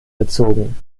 bezogen